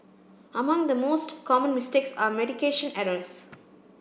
among the most common mistakes are medication errors